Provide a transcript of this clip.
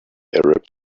arab